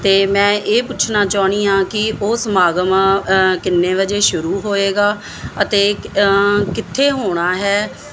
ਤੇ ਮੈਂ ਇਹ ਪੁੱਛਣਾ ਚਾਹੁੰਦੀ ਆ ਕੀ ਉਹ ਸਮਾਗਮ ਕਿੰਨੇ ਵਜੇ ਸ਼ੁਰੂ ਹੋਏਗਾ ਅਤੇ ਕਿੱਥੇ ਹੋਣਾ ਹੈ